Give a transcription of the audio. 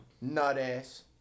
Nut-ass